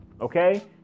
Okay